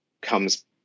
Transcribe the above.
comes